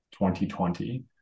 2020